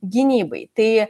gynybai tai